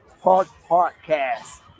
Podcast